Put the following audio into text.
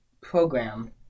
program